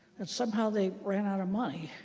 and somehow they ran out of money.